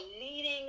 leading